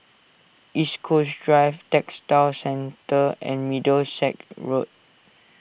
East Coast Drive Textile Centre and Middlesex Road